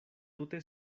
tute